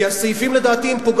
כי לדעתי הסעיפים הם פוגעניים.